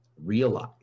realize